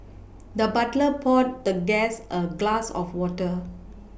the butler poured the guest a glass of water